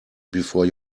before